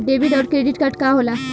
Debit और credit card का होला?